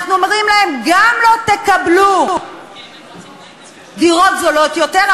אנחנו אומרים להן: גם לא תקבלו דירות זולות יותר,